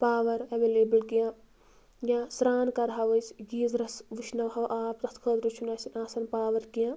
power available کیٚنٛہہ یا سرٛان کَرہو أسۍ گیٖزرَس وٕشناوہَہ آب تَتھ خٲطرٕ چھُنہٕ اَسہِ آسان پاوَر کیٚنٛہہ